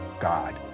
God